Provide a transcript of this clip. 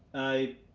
i